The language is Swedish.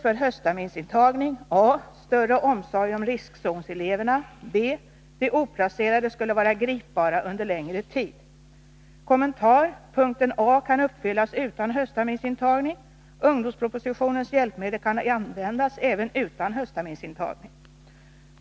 De oplacerade skulle vara gripbara under längre tid. Kommentar: Punkten A kan uppfyllas utan ht-intagning. Ungdomspropositionens hjälpmedel kan användas även utan ht-intagning.